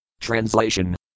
Translation